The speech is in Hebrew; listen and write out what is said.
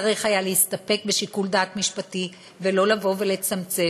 צריך היה להסתפק בשיקול דעת משפטי, ולא לצמצם.